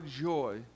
joy